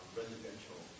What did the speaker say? residential